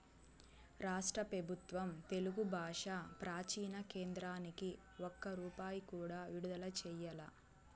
రాష్ట్ర పెబుత్వం తెలుగు బాషా ప్రాచీన కేంద్రానికి ఒక్క రూపాయి కూడా విడుదల చెయ్యలా